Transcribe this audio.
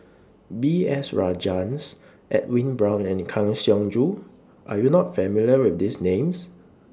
B S Rajhans Edwin Brown and Kang Siong Joo Are YOU not familiar with These Names